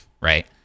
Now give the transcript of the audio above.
right